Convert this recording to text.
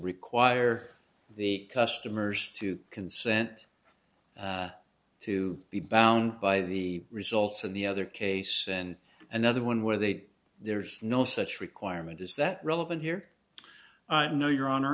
require the customers to consent to be bound by the results of the other case and another one where they there's no such requirement is that relevant here no your honor